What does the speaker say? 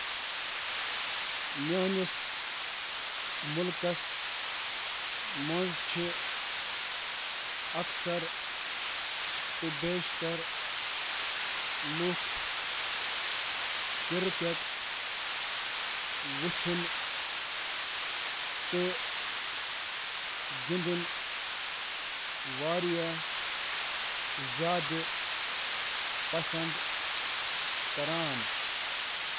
Cricket ,I P L, cricket چھُ وُنیُک تام ہندوستانُک ساروِی کھۄتہٕ زِیٛادٕ پسندیدٕ کھیل تہٕ چھُ ملکٕک ثقافتُک حصہٕ۔